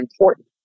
important